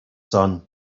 son